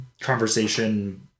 conversation